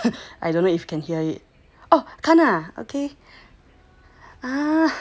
can't ah okay